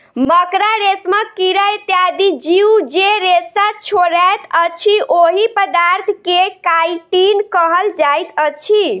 मकड़ा, रेशमक कीड़ा इत्यादि जीव जे रेशा छोड़ैत अछि, ओहि पदार्थ के काइटिन कहल जाइत अछि